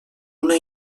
una